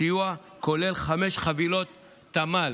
הסיוע כולל חמש חבילות תמ"ל.